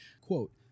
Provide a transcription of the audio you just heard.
Quote